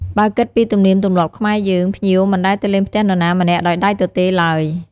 បើគិតពីទំនៀមទម្លាប់ខ្មែរយើង ភ្ញៀវមិនដែលទៅលេងផ្ទះនរណាម្នាក់ដោយដៃទទេឡើយ។